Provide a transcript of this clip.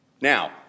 Now